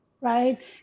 right